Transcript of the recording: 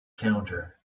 counter